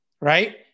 right